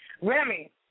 Remy